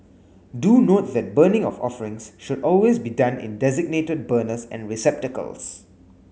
do note that burning of offerings should always be done in designated burners and receptacles